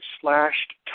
slashed